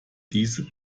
diese